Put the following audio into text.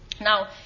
Now